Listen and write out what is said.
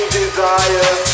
desire